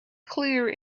clear